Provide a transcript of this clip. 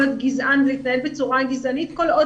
להיות גזען ולהתנהג בצורה גזענית כל עוד